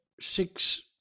six